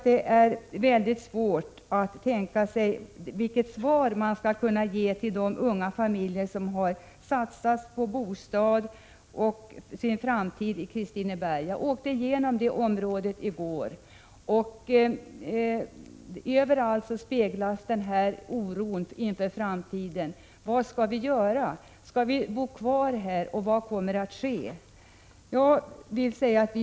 Det är väldigt svårt att veta vad man skall säga till de unga familjer som har satsat på sin framtid i Kristineberg. Jag åkte igenom det området i går. Överallt speglades oron inför framtiden: Vad skall vi göra? Skall vi bo kvar här? Vad kommer att ske?